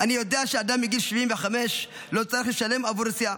אני יודע שאדם מגיל 75 לא צריך לשלם עבור נסיעה.